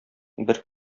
бер